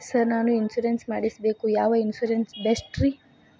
Sir ನಾನು insurance ಮಾಡಿಸಬೇಕು ಯಾವ ಇನ್ಶೂರೆನ್ಸ್ ಬೆಸ್ಟ್ರಿ?